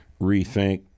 rethink